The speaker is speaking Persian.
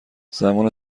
زمان